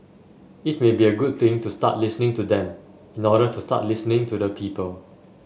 it may be a good thing to start listening to them in order to start listening to the people